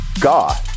God